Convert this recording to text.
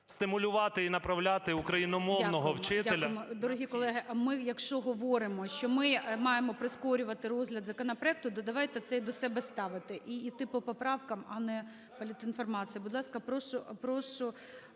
стимулювати і направляти україномовного вчителя… ГОЛОВУЮЧИЙ. Дякуємо. Дякуємо. Дорогі колеги, ми, якщо говоримо, що ми маємо прискорювати розгляд законопроекту, то давайте це і до себе ставити і йти по поправкам, а не політінформація. Будь ласка, прошу…